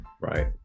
Right